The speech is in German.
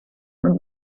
und